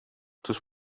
τους